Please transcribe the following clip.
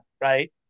right